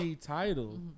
title